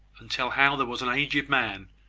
and tell how there was an aged man,